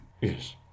Yes